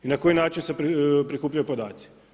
I na koji način se prikupljaju podaci.